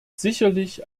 sicherlich